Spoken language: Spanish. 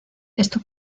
esto